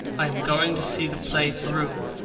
i am going to see the play through,